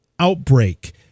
outbreak